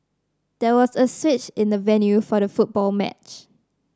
there was a switch in the venue for the football match